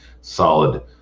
solid